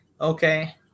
Okay